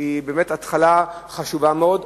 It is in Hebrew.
היא באמת התחלה חשובה מאוד.